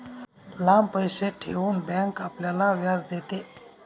लांब पैसे ठेवून बँक आपल्याला व्याज देते